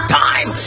time